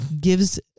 gives